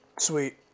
Sweet